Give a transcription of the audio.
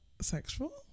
sexual